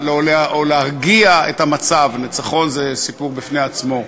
או להרגיע את המצב, ניצחון זה סיפור בפני עצמו.